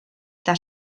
eta